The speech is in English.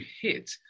hit